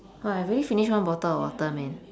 oh I already finished one bottle of water man